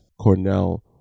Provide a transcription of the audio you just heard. Cornell